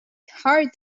hard